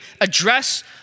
address